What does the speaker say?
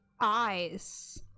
eyes